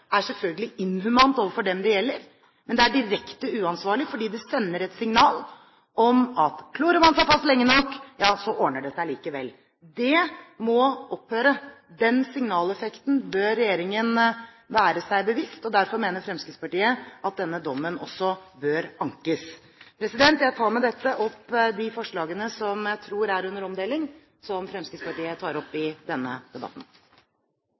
er selvfølgelig inhuman overfor dem det gjelder, og direkte uansvarlig, fordi det sender et signal om at klorer man seg fast lenge nok, ja så ordner det seg likevel. Det må opphøre. Den signaleffekten bør regjeringen være seg bevisst. Derfor mener Fremskrittspartiet at denne dommen også bør ankes. Jeg tar med dette opp forslagene fra Fremskrittspartiet, forslag som jeg tror er under omdeling. Representanten Siv Jensen har tatt opp